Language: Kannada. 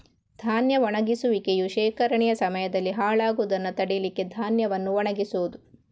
ಧಾನ್ಯ ಒಣಗಿಸುವಿಕೆಯು ಶೇಖರಣೆಯ ಸಮಯದಲ್ಲಿ ಹಾಳಾಗುದನ್ನ ತಡೀಲಿಕ್ಕೆ ಧಾನ್ಯವನ್ನ ಒಣಗಿಸುದು